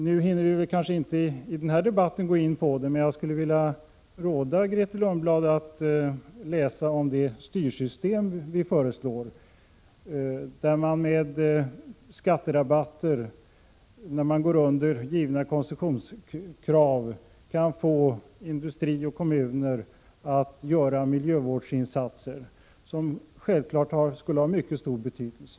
Vi hinner kanske inte gå in närmare på det i den här debatten, men jag skulle vilja råda Grethe Lundblad att läsa om det styrsystem vi föreslår, där man med skatterabatter till industrier och kommuner som kommer under angivna gränsvärden enligt koncessionskrav kan få dem att göra miljövårdsinsatser som självfallet skulle få mycket stor betydelse.